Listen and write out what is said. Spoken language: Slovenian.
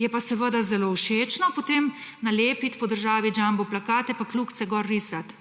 Je pa seveda zelo všečno potem nalepiti po državi jumboplakate pa kljukice gor risati,